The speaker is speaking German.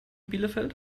bielefeld